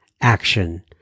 action